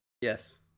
Yes